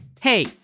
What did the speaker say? Hey